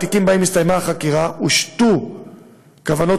בתיקים שבהם הסתיימה החקירה הושתו כוונות